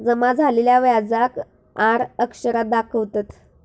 जमा झालेल्या व्याजाक आर अक्षरात दाखवतत